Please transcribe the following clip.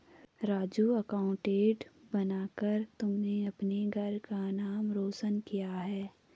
Raju accountant बनकर तुमने अपने घर का नाम रोशन किया है